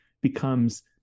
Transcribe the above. becomes